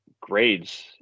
grades